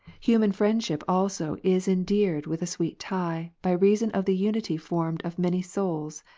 human friendship also is endeared with a sweet tie, by reason of the unity formed of many souls.